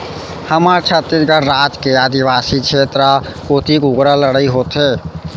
हमर छत्तीसगढ़ राज के आदिवासी छेत्र कोती कुकरा लड़ई होथे